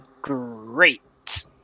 Great